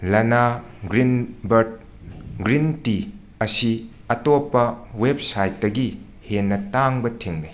ꯂꯅꯥ green ꯕꯔꯗ green tea ꯑꯁꯤ ꯑꯇꯣꯞꯄ ꯋꯦꯕꯁꯥꯏꯠꯇꯒꯤ ꯍꯦꯟꯅ ꯇꯥꯡꯕ ꯊꯦꯡꯅꯩ